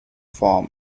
farm